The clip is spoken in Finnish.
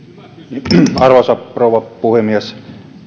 arvoisa rouva puhemies